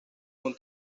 con